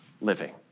living